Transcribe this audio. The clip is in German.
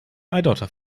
eidotter